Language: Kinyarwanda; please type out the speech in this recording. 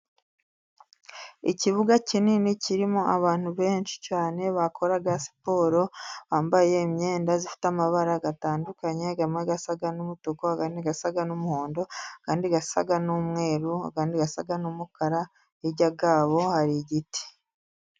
Ikibuga kinini kirimo abantu benshi cyane bakora siporo bambaye imyenda ifite amabara atandukanye, amwe asa n'umutuku, asa n'umuhondo, andi asa n'umweru, andi asa n'umukara, hirya yabo hari igiti.